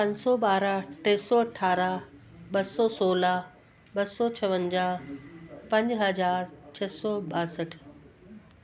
पंज सौ ॿारहं टे सौ अठारा ॿ सौ सोला ॿ सौ छावंजाहु पंज हज़ार छह सौ ॿाहठि